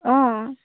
অঁ